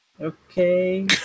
Okay